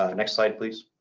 ah next slide, please.